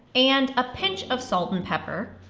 and a pinch of salt and pepper.